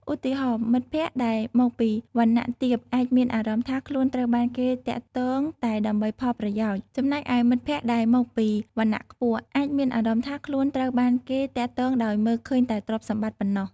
ឧទាហរណ៍ មិត្តភក្តិដែលមកពីវណ្ណៈទាបអាចមានអារម្មណ៍ថាខ្លួនត្រូវបានគេទាក់ទងតែដើម្បីផលប្រយោជន៍ ចំណែកឯមិត្តភក្តិដែលមកពីវណ្ណៈខ្ពស់អាចមានអារម្មណ៍ថាខ្លួនត្រូវបានគេទាក់ទងដោយមើលឃើញតែទ្រព្យសម្បត្តិប៉ុណ្ណោះ។